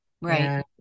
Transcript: right